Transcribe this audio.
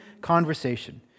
conversation